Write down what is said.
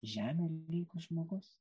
žemė lyg žmogus